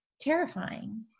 terrifying